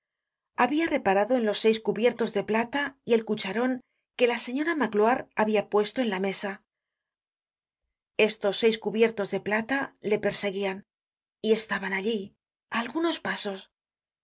habia reparado en los seis cubiertos de plata y el cucharon que la señora magloire habia puesto en la mesa estos seis cubiertos de plata le perseguian y estaban allí a algunos pasos